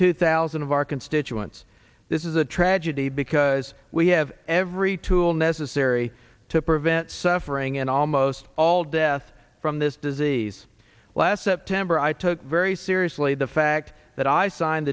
two thousand of our constituents this is a tragedy because we have every tool necessary to prevent suffering and almost all death from this disease last september i took very seriously the fact that i signed